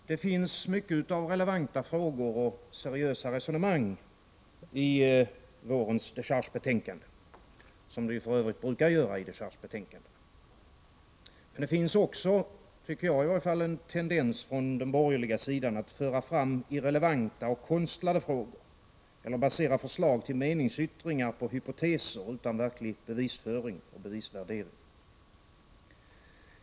Fru talman! Det finns mycket av relevanta frågor och seriösa resonemang i vårens dechargebetänkande, vilket det för övrigt brukar göra. Men enligt min mening finns det från den borgerliga sidan också en tendens att föra fram irrelevanta och konstlade frågor eller att basera förslag till meningsyttringar på hypoteser, utan verklig bevisföring eller bevisvärdering.